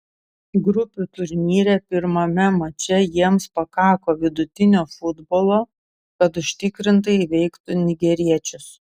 grupių turnyre pirmame mače jiems pakako vidutinio futbolo kad užtikrintai įveiktų nigeriečius